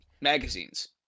magazines